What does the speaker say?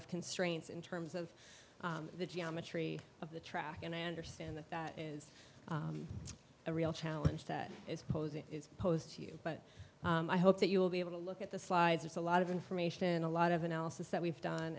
of constraints in terms of the geometry of the track and i understand that that is a real challenge that is posing is posed to you but i hope that you'll be able to look at the slides it's a lot of information a lot of analysis that we've done